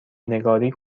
نگاری